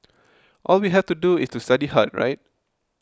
all we have to do is to study hard right